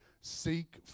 seek